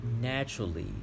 naturally